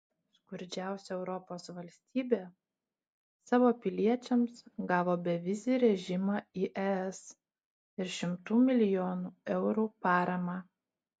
skurdžiausia europos valstybė savo piliečiams gavo bevizį režimą į es ir šimtų milijonų eurų paramą